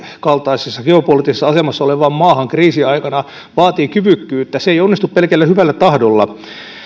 kaltaisessa geopoliittisessa asemassa olevaan maahan kriisiaikana vaatii kyvykkyyttä se ei onnistu pelkällä hyvällä tahdolla